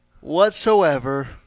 whatsoever